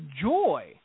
joy